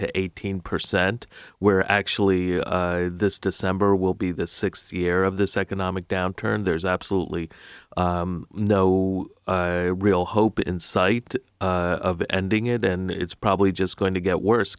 to eighteen percent where actually this december will be the sixth year of this economic downturn there's absolutely no real hope in sight of ending it and it's probably just going to get worse